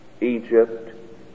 Egypt